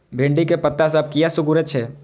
भिंडी के पत्ता सब किया सुकूरे छे?